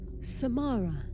Samara